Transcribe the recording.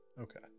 okay